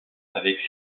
avec